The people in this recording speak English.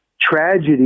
tragedy